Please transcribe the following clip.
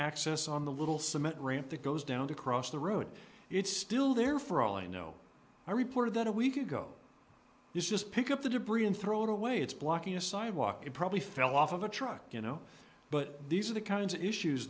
access on the little cement ramp that goes down across the road it's still there for all i know i reported that a week ago you just pick up the debris and throw it away it's blocking a sidewalk it probably fell off of a truck you know but these are the kinds of issues